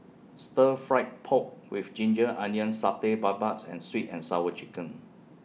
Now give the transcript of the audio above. Stir Fry Pork with Ginger Onions Satay Babat and Sweet and Sour Chicken